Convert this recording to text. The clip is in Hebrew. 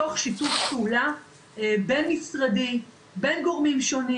תוך שיתוף פעולה בין-משרדי בין גורמים שונים